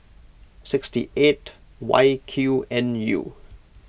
six eight Y Q N U